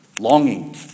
longing